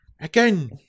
Again